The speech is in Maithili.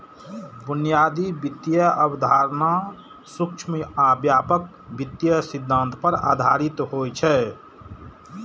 बुनियादी वित्तीय अवधारणा सूक्ष्म आ व्यापक वित्तीय सिद्धांत पर आधारित होइ छै